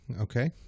okay